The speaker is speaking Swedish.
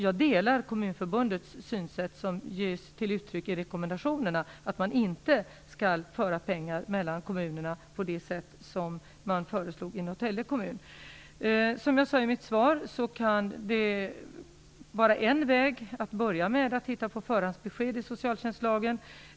Jag delar Kommunförbundets synsätt som kommer till uttryck i rekommendationerna, nämligen att man inte skall föra pengar mellan kommunerna på det sätt som man föreslog i Norrtälje kommun. Som jag sade i mitt svar kan det vara en väg att börja med att titta på förhandsbesked i socialtjänstlagen.